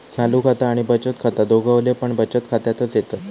चालू खाता आणि बचत खाता दोघवले पण बचत खात्यातच येतत